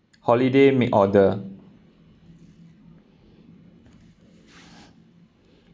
holiday make order